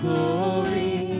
Glory